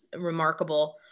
remarkable